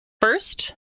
First